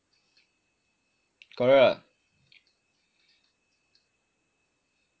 correct ah